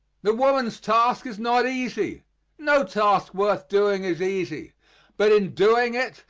the woman's task is not easy no task worth doing is easy but in doing it,